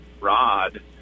rod